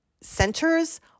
centers